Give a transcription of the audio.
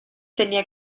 tenía